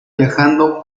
viajando